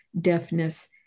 deafness